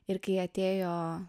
ir kai atėjo